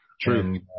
True